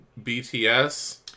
BTS